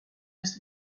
est